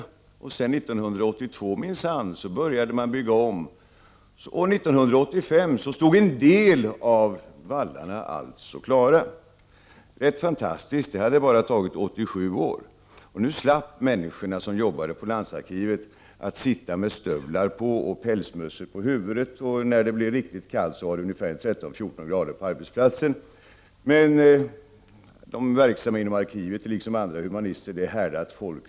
År 1982 började man bygga om, och 1985 stod en del av vallarna klara. Det har således tagit 87 år. Människorna som arbetar på landsarkivet behöver nu inte längre sitta med stövlar på fötterna och med pälsmössa på huvudet. När det blev riktigt kallt ute, var det mellan 13 och 14 grader på arbetsplatsen. De verksamma inom arkivet, liksom andra humanister, är härdat folk.